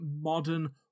modern